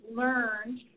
learned